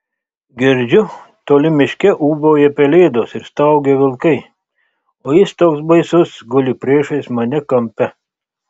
girdžiu toli miške ūbauja pelėdos ir staugia vilkai o jis toks baisus guli priešais mane kampe